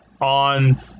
on